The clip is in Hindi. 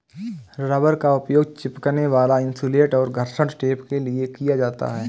रबर का उपयोग चिपकने वाला इन्सुलेट और घर्षण टेप के लिए किया जाता है